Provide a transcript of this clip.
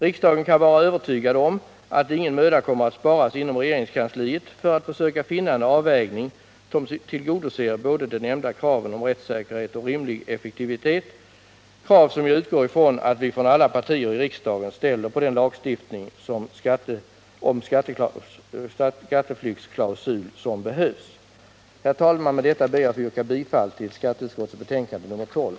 Riksdagen kan vara övertygad om att ingen möda kommer att sparas inom regeringskansliet för att försöka finna en avvägning som tillgodoser båda de nämnda kraven om rättssäkerhet och rimlig effektivitet, krav som jag utgår ifrån att vi från alla partier i riksdagen ställer på den lagstiftning om skatteflyktsklausul som behövs. Herr talman! Med detta ber jag att få yrka bifall till skatteutskottets hemställan i betänkandet nr 12.